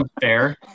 fair